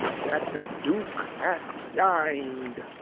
that the duke hath dined.